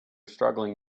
struggling